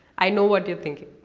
i know what you are thinking.